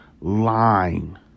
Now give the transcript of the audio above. line